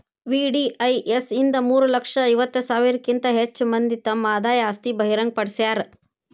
VDIS ಇಂದ ಮೂರ ಲಕ್ಷ ಐವತ್ತ ಸಾವಿರಕ್ಕಿಂತ ಹೆಚ್ ಮಂದಿ ತಮ್ ಆದಾಯ ಆಸ್ತಿ ಬಹಿರಂಗ್ ಪಡ್ಸ್ಯಾರ